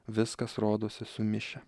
viskas rodosi sumišę